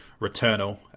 returnal